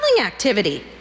activity